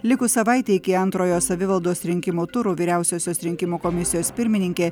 likus savaitei iki antrojo savivaldos rinkimo turų vyriausiosios rinkimų komisijos pirmininkė